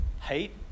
hate